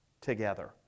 together